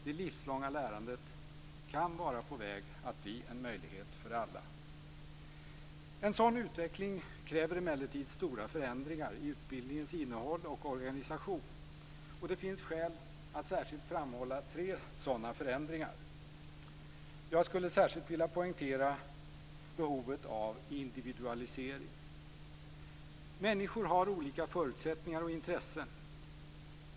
Det livslånga lärandet kan vara på väg att bli en möjlighet för alla. En sådan utveckling kräver emellertid stora förändringar i utbildningens innehåll och organisation. Det finns skäl att särskilt framhålla tre sådana förändringar. Jag vill särskilt poängtera behovet av individualisering. Människor har olika förutsättningar och intressen.